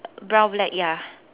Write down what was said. brown black ya